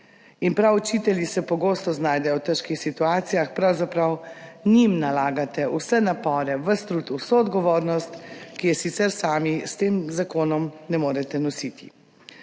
In prav učitelji se pogosto znajdejo v težkih situacijah, pravzaprav njim nalagate vse napore, ves trud, vso odgovornost, ki je sicer sami s tem zakonom ne morete nositi.